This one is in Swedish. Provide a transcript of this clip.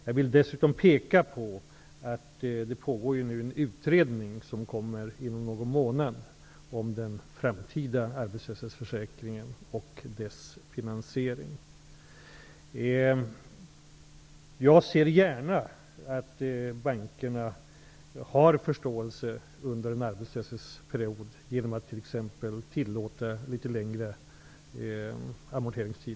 Jag vill dessutom peka på att det pågår en utredning som kommer att läggas fram inom någon månad om den framtida arbetslöshetsförsäkringen och dess finansiering. Jag ser gärna att bankerna har förståelse för den arbetslöse, genom att t.ex. tillåta litet längre amorteringstid.